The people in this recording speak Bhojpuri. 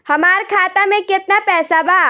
हमार खाता मे केतना पैसा बा?